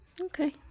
Okay